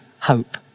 hope